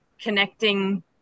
connecting